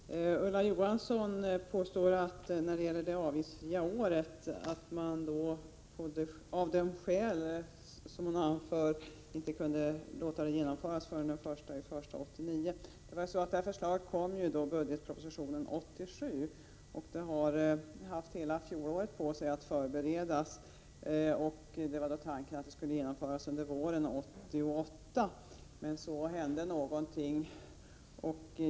Fru talman! Ulla Johansson talar om skälen till att man inte kan slopa det avgiftsfria året vid sjukhusvård för ålderspensionärer förrän den 1 januari 1989. Detta förslag kom i budgetpropositionen 1986/87. Man har haft hela fjolåret på sig att förbereda reformen. Tanken var att den skulle genomföras under våren 1988. Men något hände.